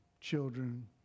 children